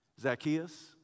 Zacchaeus